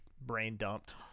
brain-dumped